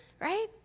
Right